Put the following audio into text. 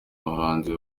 muhanzi